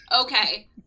Okay